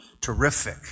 terrific